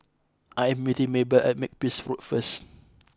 I am meeting Maybelle at Makepeace Road first